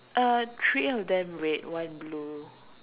uh three of them red one blue